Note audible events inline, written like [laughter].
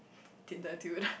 Tinder dude [breath]